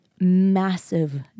massive